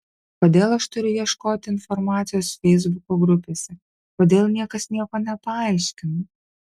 kodėl aš turiu ieškoti informacijos feisbuko grupėse kodėl niekas nieko nepaaiškina